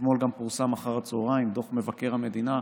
אתמול גם פורסם אחר הצוהריים דוח מבקר המדינה,